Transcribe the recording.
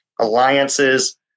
alliances